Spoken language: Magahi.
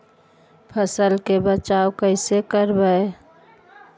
फसल के बचाब कैसे करबय?